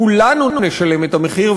כולנו נשלם את המחיר,